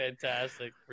fantastic